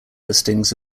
listings